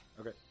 Okay